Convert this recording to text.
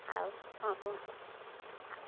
ଆଉ କ'ଣ କୁହନ୍ତୁ